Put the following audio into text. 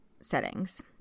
settings